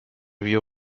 vio